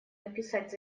написать